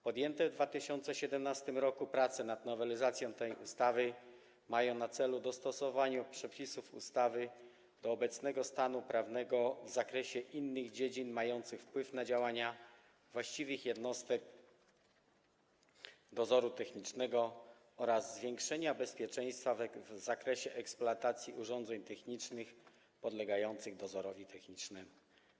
Podjęte w 2017 r. prace nad nowelizacją tej ustawy mają na celu dostosowanie przepisów ustawy do obecnego stanu prawnego w zakresie innych dziedzin mających wpływ na działanie właściwych jednostek dozoru technicznego oraz zwiększenie bezpieczeństwa w zakresie eksploatacji urządzeń technicznych podlegających dozorowi technicznemu.